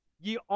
ye